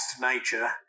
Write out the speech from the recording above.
nature